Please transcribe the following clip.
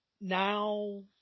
now